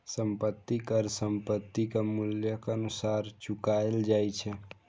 संपत्ति कर संपत्तिक मूल्यक अनुसार चुकाएल जाए छै